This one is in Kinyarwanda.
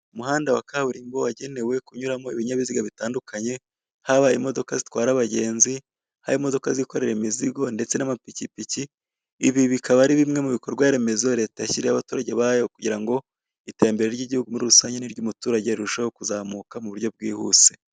Umuhanda wa kaburimbo wagenewe kunuramo ibinyabiziga bitandukanye haba imodoka zitwara abagenzi, haba imodoka zikorera imizigo ndetse n'amapikipiki ibi bikaba ari bimwe mu bikorwaremezo leta yashyiriyeho abaturage bayo kugira ngo iterambere ry'igihugu muri rusange n'iry'umuturage rirusheho kuzamuka mu buryo bwihuse.